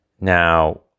Now